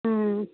অঁ